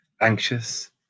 anxious